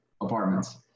apartments